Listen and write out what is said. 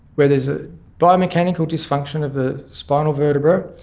where there is a biomechanical dysfunction of the spinal vertebra,